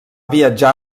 viatjar